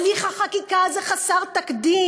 הליך החקיקה הזה חסר תקדים.